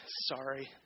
Sorry